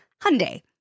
Hyundai